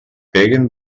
peguen